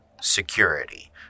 security